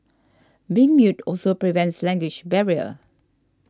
being mute also prevents language barrier